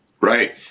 Right